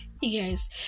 Yes